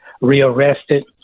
rearrested